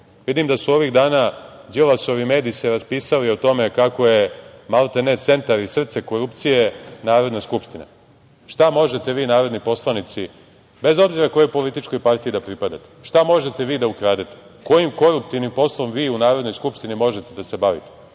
da su ovih dana Đilasovi mediji se raspisali o tome kako je maltene centar i srce korupcije Narodna skupština. Šta možete vi narodni poslanici, bez obzira kojoj političkoj partiji da pripadate, šta možete vi da ukradete, kojim koruptivnim poslom vi u Narodnoj skupštini možete da se bavite?